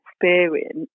experience